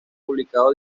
publicado